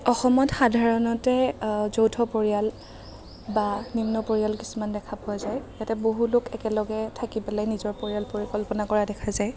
অসমত সাধাৰণতে যৌথ পৰিয়াল বা নিম্ন পৰিয়াল কিছুমান দেখা পোৱা যায় ইয়াতে বহুলোক একেলগে থাকি পেলাই নিজৰ পৰিয়াল পৰিকল্পনা কৰা দেখা যায়